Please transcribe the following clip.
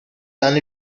done